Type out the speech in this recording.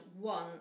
one